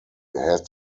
had